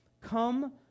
Come